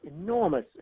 enormous